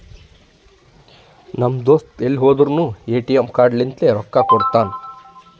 ನಮ್ ದೋಸ್ತ ಎಲ್ ಹೋದುರ್ನು ಎ.ಟಿ.ಎಮ್ ಕಾರ್ಡ್ ಲಿಂತೆ ರೊಕ್ಕಾ ಕೊಡ್ತಾನ್